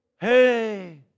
Hey